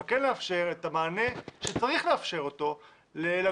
אבל כן לאפשר את המענה שצריך לאפשר אותו לגורמים